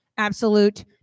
absolute